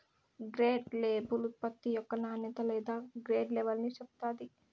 grade label ఉత్పత్తి యొక్క నాణ్యత లేదా గ్రేడ్ లెవల్ని చెప్తాది